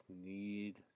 need